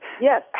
Yes